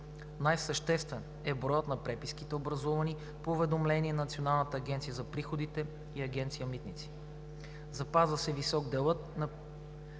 Най-съществен е броят на преписките, образувани по уведомление на Националната агенция за приходите и Агенция „Митници“. Запазва се висок делът на приключените